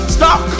stop